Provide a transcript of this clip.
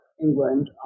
England